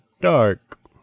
Dark